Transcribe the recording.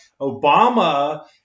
Obama